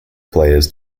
players